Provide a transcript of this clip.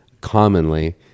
commonly